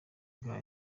bwa